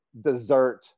dessert